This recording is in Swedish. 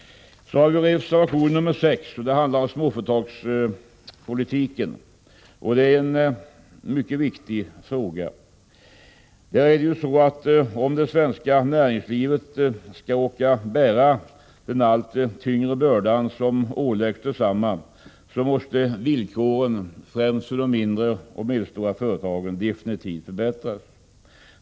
Sedan till reservation nr 6 som handlar om småföretagspolitiken — och det är en mycket viktig fråga. Om det svenska näringslivet skall orka bära den allt tyngre börda som åläggs detsamma, måste villkoren främst för de mindre och medelstora företagen definitivt förbättras.